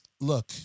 look